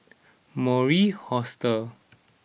Mori Hostel